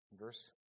Verse